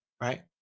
right